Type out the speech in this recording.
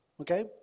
Okay